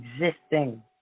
existing